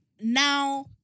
now